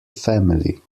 family